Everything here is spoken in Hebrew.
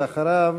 ואחריו,